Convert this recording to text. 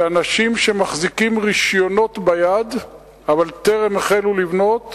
שאנשים שמחזיקים רשיונות ביד אבל טרם החלו לבנות,